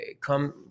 come